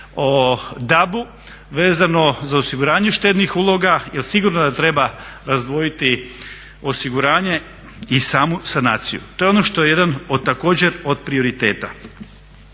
o DAB-u vezano za osiguranje štednih uloga jel sigurno da treba razdvojiti osiguranje i samu sanaciju. To je ono što je jedan od također od prioriteta.